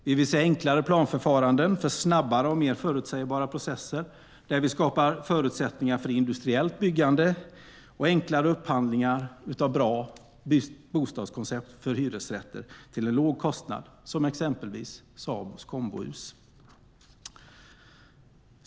Vi vill se enklare planförfaranden för snabbare och mer förutsägbara processer, där vi skapar förutsättningar för industriellt byggande och enklare upphandlingar av bra bostadskoncept för hyresrätter till låg kostnad som till exempel Sabos Kombohus.